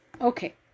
Okay